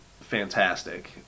fantastic